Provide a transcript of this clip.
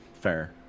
Fair